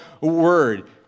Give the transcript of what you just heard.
word